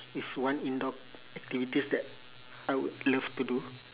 it's one indoor activities that I would love to do